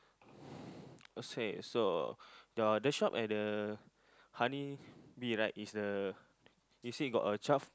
okay so the other shop at the honey bee right is the you say got a twelve